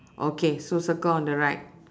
okay so circle on the right